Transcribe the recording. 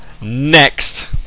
next